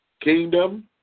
Kingdom